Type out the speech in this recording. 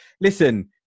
listen